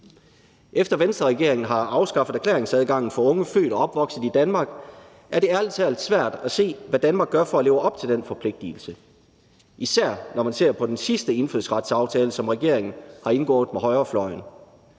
Efter Venstreregeringen har afskaffet erklæringsadgangen for unge, der er født og opvokset i Danmark, er det ærlig talt svært at se, hvad Danmark gør for at leve op til den forpligtelse, især når man ser på den sidste indfødsretsaftale, som regeringen har indgået med højrefløjen.